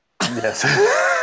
Yes